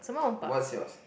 what's yours